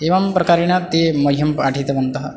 एवं प्रकारेण ते मह्यं पाठितवन्तः